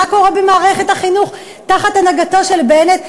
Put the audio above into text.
מה קורה במערכת החינוך תחת הנהגתו של בנט?